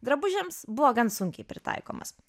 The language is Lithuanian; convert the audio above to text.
drabužiams buvo gan sunkiai pritaikomas